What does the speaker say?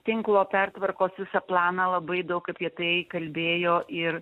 tinklo pertvarkos visą planą labai daug apie tai kalbėjo ir